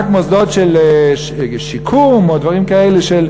רק מוסדות שיקום או דברים כאלה,